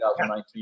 2019